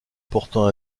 portant